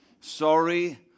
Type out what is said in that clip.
Sorry